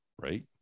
Right